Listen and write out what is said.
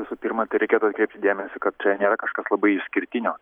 visų pirma tai reikėtų atkreipti dėmesį kad čia nėra kažkas labai išskirtinio